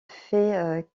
fait